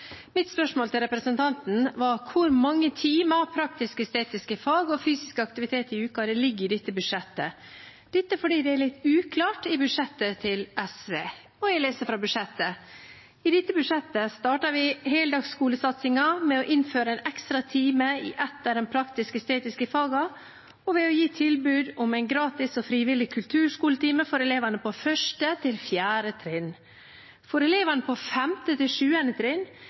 var hvor mange timer praktisk-estetiske fag og fysisk aktivitet i uken som ligger i dette budsjettet, fordi det er litt uklart i SVs budsjett. Jeg leser fra budsjettet: «I dette budsjettet starter vi heldagsskolesatsingen ved å innføre en ekstra time i ett av de praktiske og estetiske fagene, og ved å gi tilbud om en gratis og frivillig kulturskoletime for elevene på 1.–4. trinn. For elevene på 5.–7. trinn vil vi øke tiden til